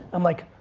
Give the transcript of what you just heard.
i'm like,